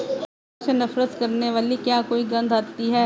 मच्छरों से नफरत करने वाली क्या कोई गंध आती है?